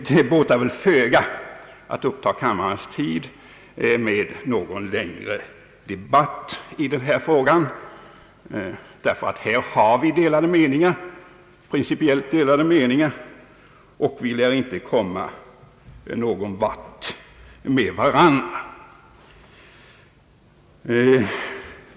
Det båtar väl föga att uppta kammarens tid med en längre debatt i denna fråga, ty här har vi principiellt delade meningar, och vi lär inte komma någon vart med varandra.